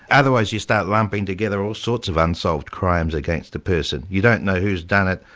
otherwise you start lumping together all sorts of unsolved crimes against a person. you don't know who's done it.